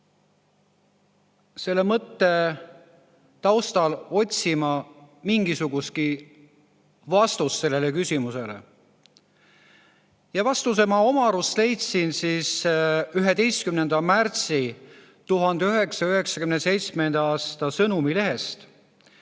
selle mõtte taustal otsima mingisugustki vastust sellele küsimusele. Ja vastuse ma oma arust leidsin 1997. aasta 11. märtsi Sõnumilehest